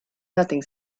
nothing